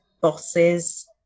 bosses